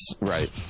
Right